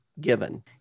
given